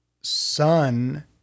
son